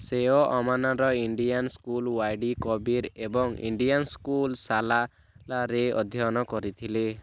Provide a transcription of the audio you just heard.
ସେ ଓମାନର Indian school Wadi Kabir ଏବଂ ଇଣ୍ଡିଆନ୍ ସ୍କୁଲ୍ ସାଲାଲାରେ ଅଧ୍ୟୟନ କରିଥିଲେ